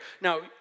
Now